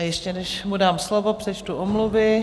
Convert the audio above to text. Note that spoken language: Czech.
A ještě než mu dám slovo, přečtu omluvy.